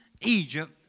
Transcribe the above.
Egypt